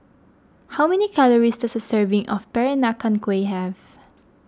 how many calories does a serving of Peranakan Kueh have